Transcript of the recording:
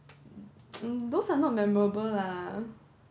mm those are not memorable lah